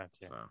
gotcha